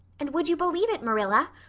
and would you believe it, marilla?